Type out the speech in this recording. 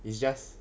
it's just